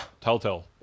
Telltale